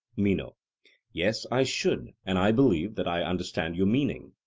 meno yes, i should and i believe that i understand your meaning.